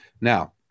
Now